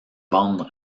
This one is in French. bandes